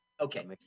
Okay